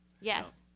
Yes